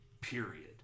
Period